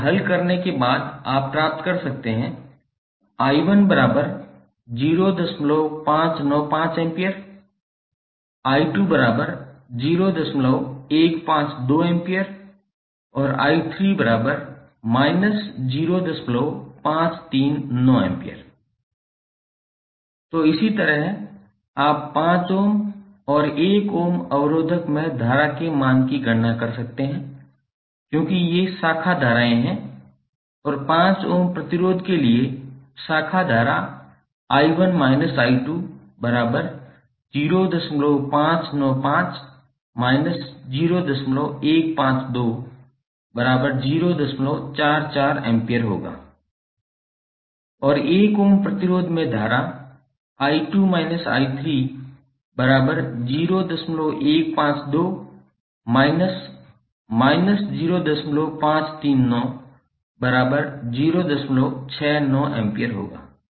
और हल करने के बाद आप प्राप्त कर सकते हैं I1 0595 A I2 0152 A और I3 −0539 A तो इसी तरह आप 5 ओम और 1 ओम अवरोधक में धारा के मान की गणना कर सकते हैं क्योंकि ये शाखा धाराएं हैं और 5 ओम प्रतिरोध के लिए शाखा धारा I1 − I2 0595 − 0152 044A होगा और 1 ओम प्रतिरोध में धारा I2 − I3 0152 − −0539 069A होगा